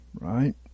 right